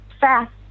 fast